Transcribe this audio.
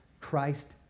Christ